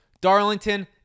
Darlington